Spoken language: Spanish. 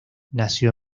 nació